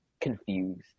confused